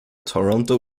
toronto